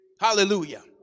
Hallelujah